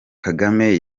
kagame